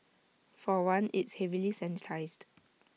for one it's heavily sanitised